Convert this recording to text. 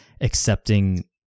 accepting